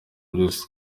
byose